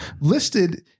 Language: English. listed